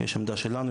יש עמדה שלנו,